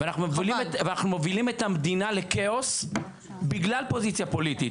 אנחנו מובילים את המדינה לכאוס בגלל פוזיציה פוליטית.